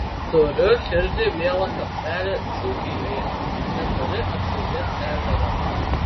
turiu širdžiai mielą kampelį dzūkijoje netoli apsingės ežero